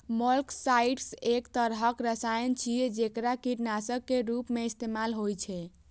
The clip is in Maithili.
मोलस्कसाइड्स एक तरहक रसायन छियै, जेकरा कीटनाशक के रूप मे इस्तेमाल होइ छै